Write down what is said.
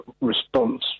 response